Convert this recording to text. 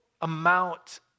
amount